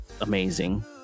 amazing